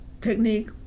technique